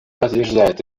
подтверждает